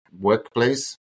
workplace